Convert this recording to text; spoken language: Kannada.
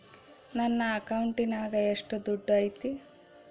ನನ್ನ ಅಕೌಂಟಿನಾಗ ಎಷ್ಟು ದುಡ್ಡು ಐತಿ?